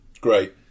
Great